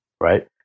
right